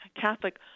Catholic